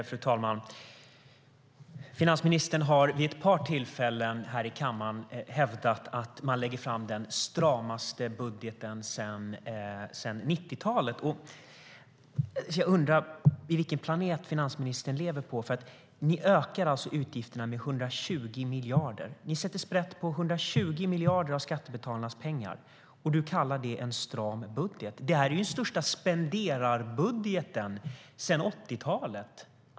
Fru talman! Finansministern har vid ett par tillfällen här i kammaren hävdat att man lägger fram den stramaste budgeten sedan 90-talet. Jag undrar vilken planet finansministern lever på. Ni ökar utgifterna med 120 miljarder. Ni sätter sprätt på 120 miljarder av skattebetalarnas pengar, och Magdalena Andersson kallar det en stram budget. Det här är ju den största spenderarbudgeten sedan 80-talet.